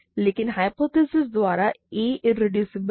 लेकिन ह्य्पोथेसिस द्वारा a irreducible है